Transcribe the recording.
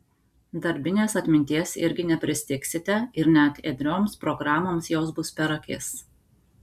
darbinės atminties irgi nepristigsite ir net ėdrioms programoms jos bus per akis